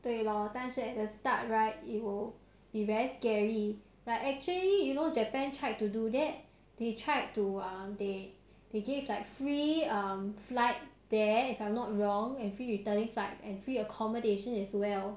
对咯但是 at the start right it will be very scary like actually you know japan tried to do that they tried to um they they give like free um flight there if I'm not wrong and free returning flights and free accommodation as well